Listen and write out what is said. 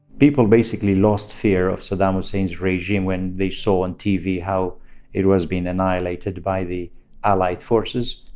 people basically lost fear of saddam hussein's regime when they saw on tv how it was being annihilated by the allied forces,